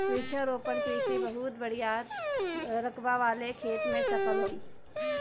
वृक्षारोपण कृषि बहुत बड़ियार रकबा वाले खेत में सफल होई